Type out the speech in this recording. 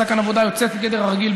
שעשה כאן עבודה יוצאת מגדר הרגיל,